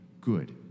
good